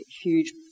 huge